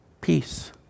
peace